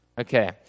Okay